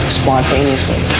spontaneously